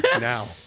now